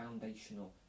foundational